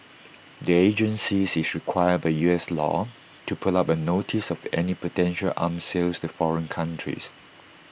the agency is required by U S law to put up A notice of any potential arm sales to foreign countries